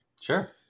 Sure